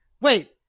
Wait